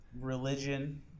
Religion